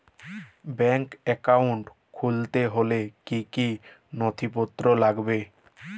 Bank account খুলতে হলে কি কি নথিপত্র লাগবে?